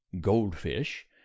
goldfish